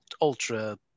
ultra